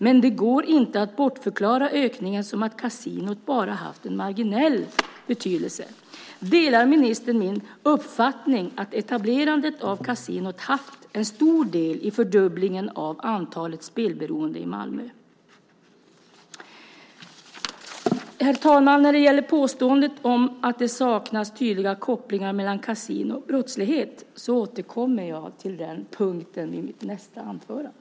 Men det går inte att bortförklara ökningen med att kasinot bara haft marginell betydelse. Delar ministern min uppfattning att etablerandet av kasinot haft stor del i fördubblingen av antalet spelberoende i Malmö? Herr talman! När det gäller påståendet om att det saknas tydliga kopplingar mellan kasinon och brottslighet återkommer jag till den punkten i mitt nästa inlägg.